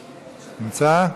נמצא?